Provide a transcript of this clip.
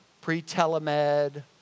pre-Telemed